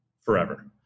forever